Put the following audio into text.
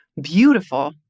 beautiful